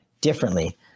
differently